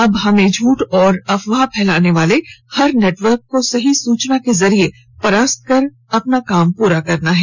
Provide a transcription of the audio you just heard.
अब हमें झूठ तथा अफवाह फैलाने वाले हर नेटवर्क को सही सूचना के जरिये परास्त कर अपना कर्तव्य पूरा करना है